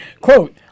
Quote